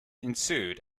ensued